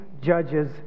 judges